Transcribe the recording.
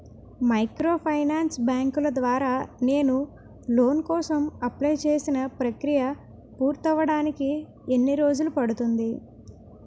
Microfinance బ్యాంకుల ద్వారా నేను లోన్ కోసం అప్లయ్ చేసిన ప్రక్రియ పూర్తవడానికి ఎన్ని రోజులు పడుతుంది?